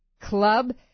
club